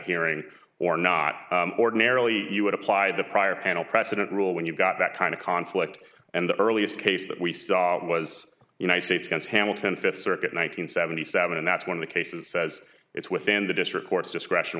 hearing or not ordinarily you would apply the prior panel precedent rule when you've got that kind of conflict and the earliest case that we saw was united states against hamilton fifth circuit one nine hundred seventy seven and that's one of the cases says it's within the district court's discretion